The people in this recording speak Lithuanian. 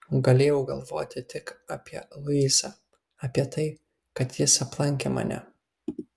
galėjau galvoti tik apie luisą apie tai kad jis aplankė mane